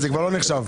זה כבר לא נחשב.